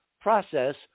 process